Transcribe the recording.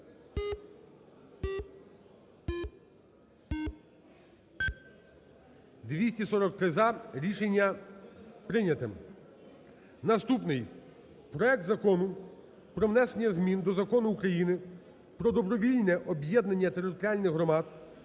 За-243 Рішення прийнято. Наступний. Проект Закону про внесення змін до Закону України "Про добровільне об'єднання територіальних громад"